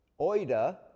oida